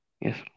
Yes